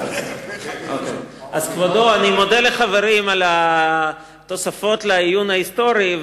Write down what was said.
אני מודה לחברים על התוספות לעיון ההיסטורי,